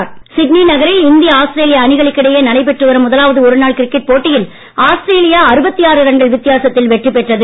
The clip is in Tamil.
கிரிக்கெட் சிட்னி நகரில் இந்திய ஆஸ்திரேலிய அணிகளுக்கு இடையே நடைபெற்று வரும் முதலாவது ஒருநாள் கிரிக்கெட் போட்டியில் ஆஸ்திரேலியா ரன்கள் வித்தியாசத்தில் வெற்றி பெற்றது